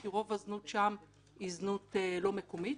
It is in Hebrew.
כי רוב הזנות שם היא זנות לא מקומית.